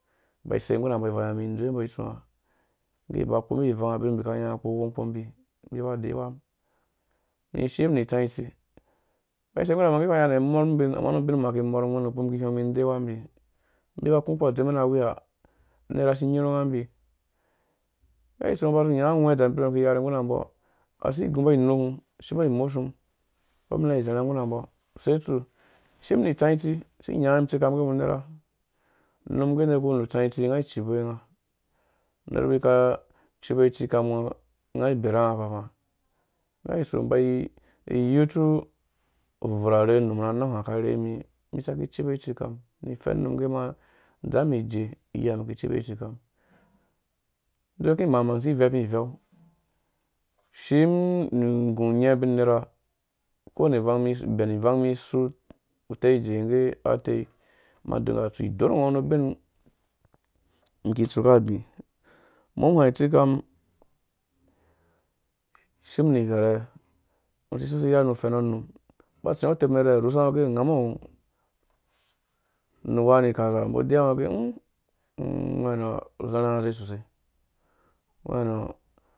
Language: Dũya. Ĩmba isei nggura mbo ivang iyo umum izowe umbɔ itsuwa umbi aba akpombi ivanga ubinmbi akanya umbi aba akũ ukpɔ adzekambi na awiya unera asi inyirhunga umbi ngge itsu ungo uba unyãõ awɛdzɛm abirabe iki rherha rherhe nggu mbɔ asi igumbɔ inuku asi iwembɔ imoshi n uduk ina izarha nggu umbɔ use utsu? Ishimni itsã itsi isi nyangi itsikam mum ingge iwu unera unum agɛ uwuku utsã itsi aicipuwe unga unerwi aka cipuwe itsikam nga ai bera nga afãfã nggea itsu umum ĩbai yitu ubvur arherhu num ra nanga aka rherhe rimi isaki cipue itsikam mum ni ifɛn unum ngge ungu ama adzamum ijee iyia unum iki cipuwe itsikam mum indzowuku imang-mang isi ivepu iveu shim nu igũ unyɛɛ̃ ubin unera uko wanda ivang, ubɛ vang umum isu uteije ige alei uma uink a utsu idorhngo nu abin iki itsu ra abĩ umum inya itsikam ishim ni ighɛrha usi isess ni iya nu ufɛnɔ unum uba utsi wango utepmɛn irhirhe urhusanga ungamɔ onu igbamɛn unuka arhe akika gha, umbɔ aɛyuwa ungo agɛ ungwɛngarɔ uzarhanga uzei sosai